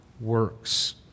works